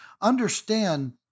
understand